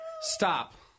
Stop